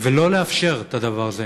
ולא לאפשר את הדבר הזה.